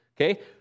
okay